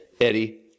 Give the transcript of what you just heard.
Eddie